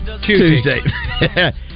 Tuesday